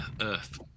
Earth